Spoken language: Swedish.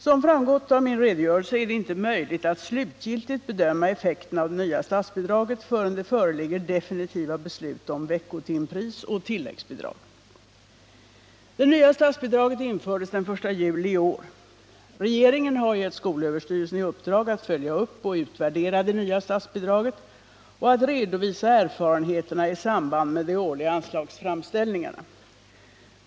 Som framgått av min redogörelse är det inte möjligt att slutgiltigt bedöma effekten av det nya statsbidraget förrän det föreligger definitiva beslut om veckotimpris och tilläggsbidrag. Det nya statsbidraget infördes den 1 juli i år. Regeringen har gett skolöverstyrelsen i uppdrag att följa upp och utvärdera det nya statsbidraget och att redovisa erfarenheterna i samband med de årliga anslagsframställningarna.